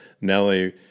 Nelly